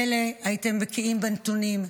מילא הייתם בקיאים בנתונים,